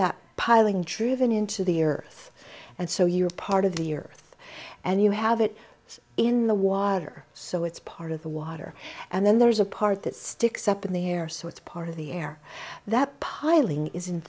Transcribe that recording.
that piling driven into the earth and so you're part of the earth and you have it in the water so it's part of the water and then there's a part that sticks up in the air so it's part of the air that piling is